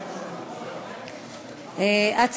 בבקשה.